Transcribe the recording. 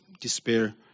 despair